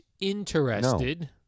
interested